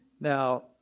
Now